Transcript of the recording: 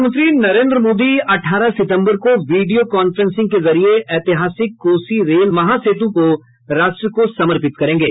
प्रधानमंत्री नरेन्द्र मोदी अठारह सितम्बर को वीडियो कांफ्रेंसिंग के जरिये ऐतिहासिक कोसी रेल महासेतु को राष्ट्र को समर्पित करेंगे